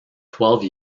twelve